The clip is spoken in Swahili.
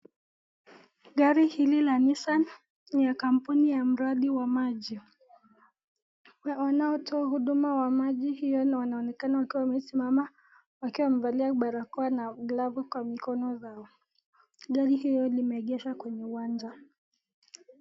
Gari hili la Nissan ni ya kampuni ya mradi wa maji. Wanaotoa huduma wa maji hiyo wanaonekana wamesimama wakiwa wamevalia barakoa na glavu kwa mikono zao. Gari hilo limeegesha kwenye uwanja.